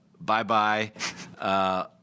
Bye-bye